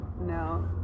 No